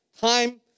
Time